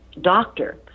doctor